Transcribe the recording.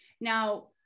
Now